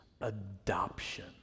adoption